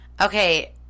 Okay